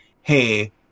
hey